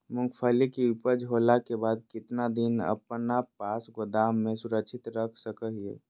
मूंगफली के ऊपज होला के बाद कितना दिन अपना पास गोदाम में सुरक्षित रख सको हीयय?